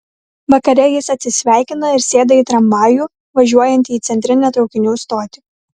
vakare jis atsisveikina ir sėda į tramvajų važiuojantį į centrinę traukinių stotį